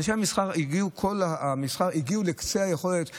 אנשי המסחר, כל המסחר, הגיעו לקצה היכולת.